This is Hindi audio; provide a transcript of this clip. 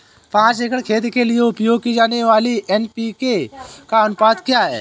पाँच एकड़ खेत के लिए उपयोग की जाने वाली एन.पी.के का अनुपात क्या है?